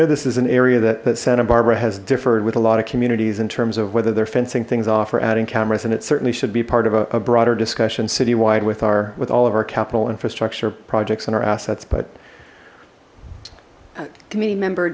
know this is an area that santa barbara has differed with a lot of communities in terms of whether their fencing things off or adding cameras and it certainly should be part of a broader discussion citywide with our with all of our capital infrastructure projects and our assets but committee member